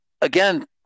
again